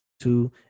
two